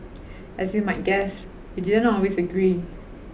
as you might guess we didn't always agree